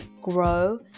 grow